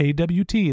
AWT